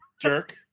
jerk